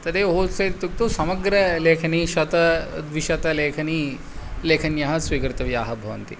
तदेव होल्सेल् इत्युक्तौ समग्रलेखनी शतं द्विशतं लेखनी लेखन्यः स्वीकर्तव्याः भवन्ति